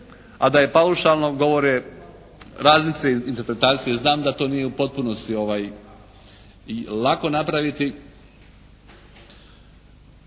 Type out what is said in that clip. A da je paušalno govore …/Govornik se ne razumije./… interpretacije. Znam da to nije u potpunosti lako napraviti,